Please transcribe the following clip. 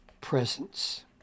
presence